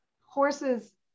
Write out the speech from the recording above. Horses